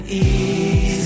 easy